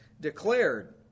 declared